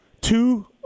Two